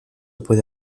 puede